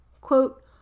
Quote